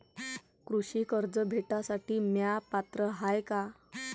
कृषी कर्ज भेटासाठी म्या पात्र हाय का?